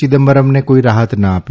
ચિદમ્બરમને કોઇ રાહત ન આપી